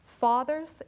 fathers